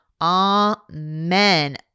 amen